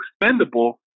expendable